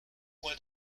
coin